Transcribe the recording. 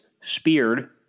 speared